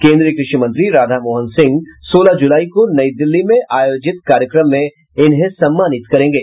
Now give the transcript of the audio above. केन्द्रीय कृषि मंत्री राधा मोहन सिंह सोलह जुलाई को नई दिल्ली में आयोजित कार्यक्रम में उन्हें सम्मानित करेंगे